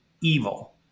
evil